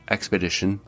Expedition